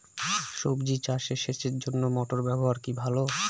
সবজি চাষে সেচের জন্য মোটর ব্যবহার কি ভালো?